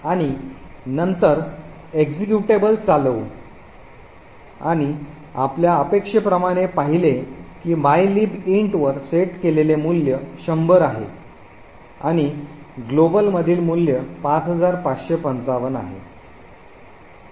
आणि नंतर एक्झिक्युटेबल चालवू आणि आपल्या अपेक्षेप्रमाणे पाहिले की mylib int वर सेट केलेले मूल्य 100 आहे आणि ग्लोबल मधील मूल्य 5555 आहे